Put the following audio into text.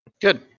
Good